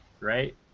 Right